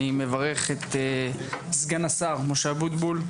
אני מברך את סגן השר משה אבוטבול,